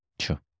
Sure